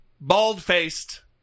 bald-faced